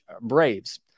Braves